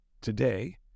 today